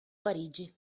parigi